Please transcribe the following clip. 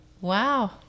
Wow